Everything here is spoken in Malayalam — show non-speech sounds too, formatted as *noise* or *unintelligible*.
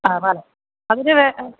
ആ *unintelligible* അതിന് വേ